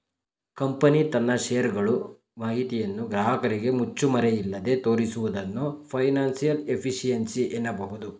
company ತನ್ನ share ಗಳು ಮಾಹಿತಿಯನ್ನು ಗ್ರಾಹಕರಿಗೆ ಮುಚ್ಚುಮರೆಯಿಲ್ಲದೆ ತೋರಿಸುವುದನ್ನು ಫೈನಾನ್ಸಿಯಲ್ ಎಫಿಷಿಯನ್ಸಿ ಅನ್ನಬಹುದು